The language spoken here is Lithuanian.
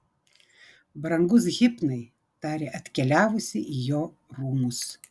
brangus hipnai tarė atkeliavusi į jo rūmus